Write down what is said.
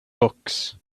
books